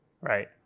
right